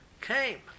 came